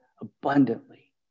abundantly